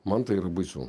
man tai yra baisu